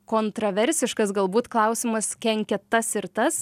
kontroversiškas galbūt klausimas kenkia tas ir tas